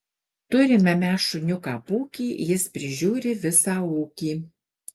turime mes šuniuką pūkį jis prižiūri visą ūkį